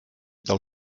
del